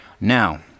Now